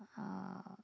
uh